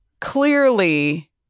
clearly